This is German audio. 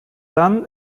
dann